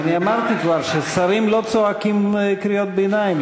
אני אמרתי כבר ששרים לא צועקים קריאות ביניים,